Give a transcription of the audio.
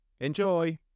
Enjoy